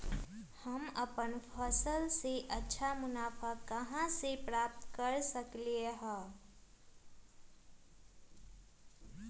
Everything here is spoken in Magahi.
हम अपन फसल से अच्छा मुनाफा कहाँ से प्राप्त कर सकलियै ह?